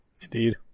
Indeed